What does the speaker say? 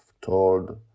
told